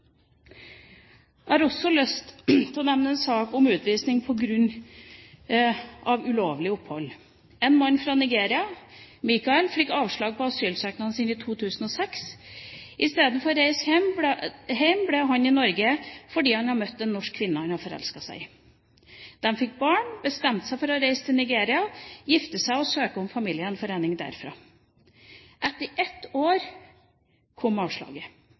Jeg har også lyst til å nevne en sak om utvisning på grunn av ulovlig opphold. En mann fra Nigeria, Michael, fikk avslag på asylsøknaden sin i 2006. Istedenfor å reise hjem ble han i Norge, fordi han hadde møtt en norsk kvinne han hadde forelsket seg i. De fikk barn, bestemte seg for å reise til Nigeria, gifte seg og søke om familiegjenforening derfra. Etter ett år kom avslaget.